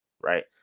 right